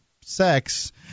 sex